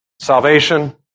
salvation